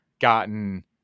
gotten